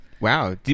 Wow